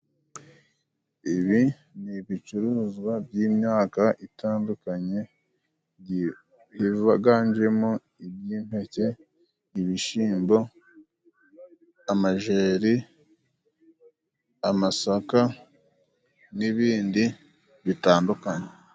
Ibi ni ibicuruzwa by'imyaka itandukanye, byiganjemo iby'impeke, ibishyimbo, amajeri, amasaka, n'ibindi bitandukanye.